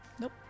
nope